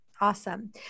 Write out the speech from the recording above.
Awesome